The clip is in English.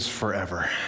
Forever